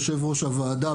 יושב-ראש הוועדה,